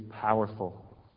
powerful